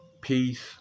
peace